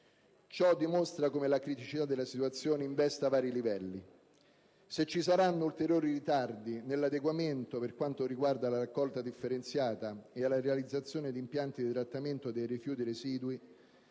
Ciò dimostra come la criticità della situazione investa vari livelli. Se ci saranno ulteriori ritardi nell'adeguamento per quanto riguarda la raccolta differenziata e la realizzazione di impianti di trattamento dei rifiuti residui